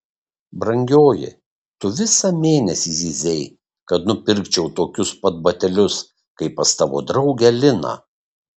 brangioji tu visą mėnesį zyzei kad nupirkčiau tokius pat batelius kaip pas tavo draugę liną